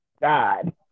God